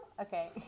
Okay